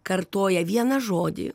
kartoja vieną žodį